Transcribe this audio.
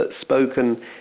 spoken